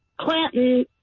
Clinton